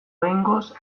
behingoz